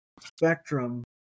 spectrum